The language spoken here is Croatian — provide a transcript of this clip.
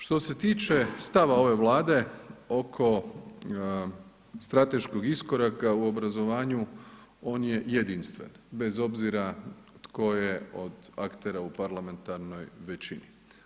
Što se tiče stava ove Vlade oko strateškog iskoraka u obrazovanju on je jedinstven, bez obzira tko je od aktera u parlamentarnoj većini.